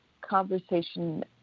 conversation